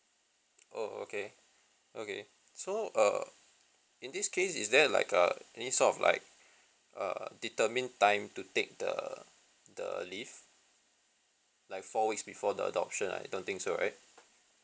oh okay okay so err in this case is there like uh any sort of like err determined time to take the the leave like four weeks before the adoption I don't think so right